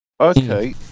Okay